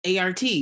ART